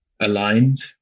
aligned